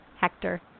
Hector